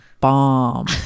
bomb